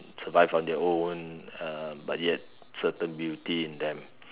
survive on their own uh but yet certain beauty in them